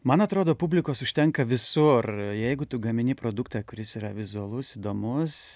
man atrodo publikos užtenka visur jeigu tu gamini produktą kuris yra vizualus įdomus